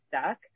stuck